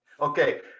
okay